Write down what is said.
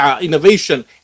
innovation